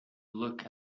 look